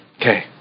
Okay